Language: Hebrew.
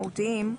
משמעותיים.